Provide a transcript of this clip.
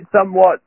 somewhat